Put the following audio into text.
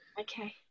Okay